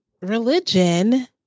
Religion